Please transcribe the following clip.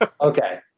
Okay